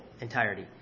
entirety